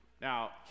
Now